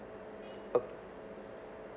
uh